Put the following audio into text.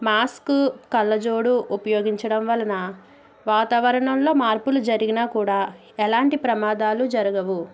mask కళ్ళజోడు ఉపయోగించడం వలన వాతావరణంలో మార్పులు జరిగిన కూడా ఎలాంటి ప్రమాదాలు జరగవు